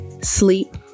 sleep